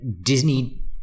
Disney